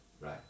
right